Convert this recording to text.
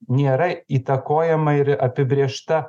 nėra įtakojama ir apibrėžta